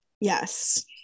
Yes